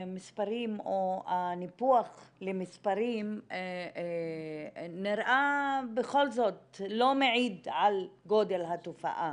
המספרים או הניפוח למספרים נראה בכל זאת לא מעיד על גודל התופעה.